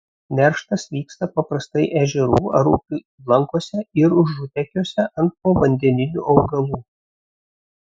nerštas vyksta paprastai ežerų ar upių įlankose ir užutekiuose ant povandeninių augalų